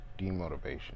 demotivation